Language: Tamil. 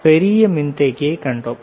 பெரிய மின்தேக்கியைக் கண்டோம்